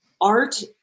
art